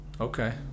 Okay